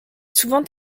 souvent